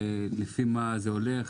לפי מה זה הולך?